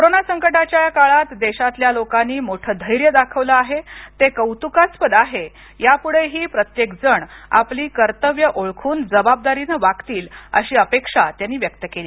corona संकटाच्या या काळात देशातल्या लोकांनी मोठं धैर्य दाखवलं आहे ते कौतुकास्पद आहे या पुढेही प्रत्येकजण आपली कर्तव्य ओळखून जबाबदारीनं वागतील अशी अपेक्षा त्यांनी व्यक्त केली